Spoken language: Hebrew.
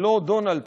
זה לא דונלד טראמפ,